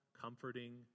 comforting